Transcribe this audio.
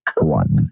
one